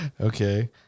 okay